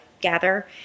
gather